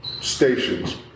stations